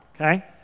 okay